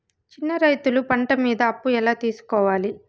చిన్న రైతులు పంట మీద అప్పు ఎలా తీసుకోవాలి?